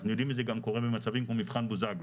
אנחנו יודעים שזה גם קורה במצבים כמו מבחן בוזגלו.